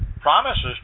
promises